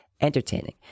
Entertaining